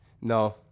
No